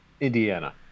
Indiana